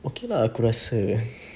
okay lah aku rasa